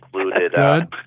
included